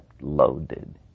loaded